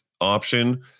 option